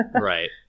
right